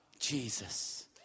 Jesus